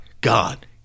God